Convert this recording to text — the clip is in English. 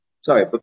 sorry